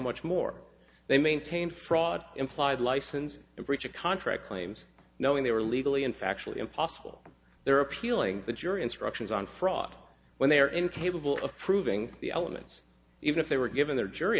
much more they maintained fraud implied license in breach of contract claims knowing they were legally unfactual impossible they're appealing the jury instructions on fraud when they are incapable of proving the elements even if they were given their jury